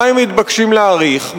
מה הם מתבקשים להאריך,